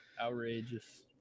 Outrageous